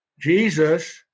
Jesus